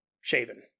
shaven